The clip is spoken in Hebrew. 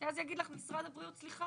כי אז יגיד לך משרד הבריאות 'סליחה,